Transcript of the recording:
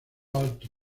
alto